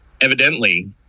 Evidently